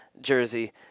jersey